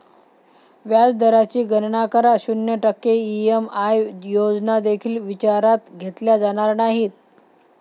व्याज दराची गणना करा, शून्य टक्के ई.एम.आय योजना देखील विचारात घेतल्या जाणार नाहीत